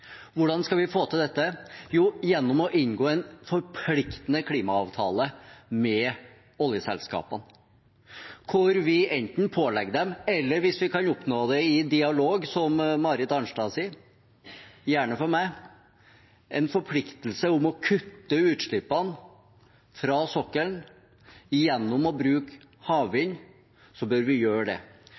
Hvordan kan vi få til dette? Jo, gjennom å inngå en forpliktende klimaavtale med oljeselskapene – hvor vi enten pålegger dem det, eller hvis vi kan oppnå det i dialog, som Marit Arnstad sier, så gjerne for meg – om å kutte utslippene fra sokkelen gjennom å bruke havvind.